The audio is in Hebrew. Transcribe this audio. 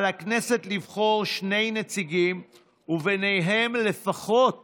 על הכנסת לבחור שני נציגים וביניהם לפחות